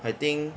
I think